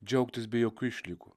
džiaugtis be jokių išlygų